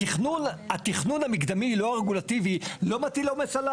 התכנון המקדמי, לא הרגולטיבי, לא מטיל עומס.